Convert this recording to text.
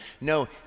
no